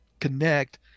connect